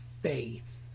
faith